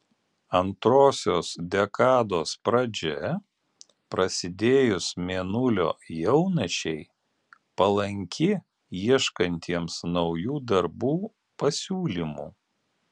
antrosios dekados pradžia prasidėjus mėnulio jaunačiai palanki ieškantiems naujų darbų pasiūlymų